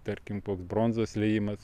tarkim bronzos liejimas